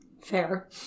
Fair